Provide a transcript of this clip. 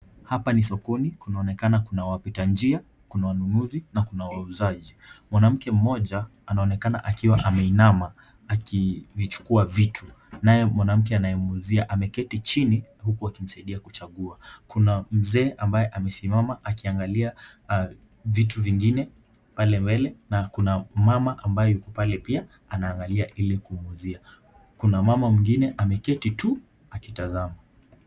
Hapa ni sokoni. Kunaonekana kuna wapita njia, kuna wanunuzi na kuna wauzaji. Mwanamke mmoja anaonekana akiwa ameinama akivichukua vitu naye mwanamke anayemuuzia ameketi chini huku akimsaidia kuchagua. Kuna mzee ambaye amesimama akiangalia vitu vingine pale mbele na kuna mama ambaye yuko pale pia anaangalia ili kumuuzia. Kuna mama mwingine ameketi tu akitazama.